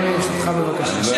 הוא קשה הבנה.